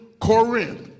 Corinth